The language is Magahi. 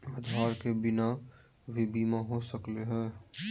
आधार के बिना भी बीमा हो सकले है?